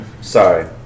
sorry